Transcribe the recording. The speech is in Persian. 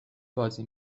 بازی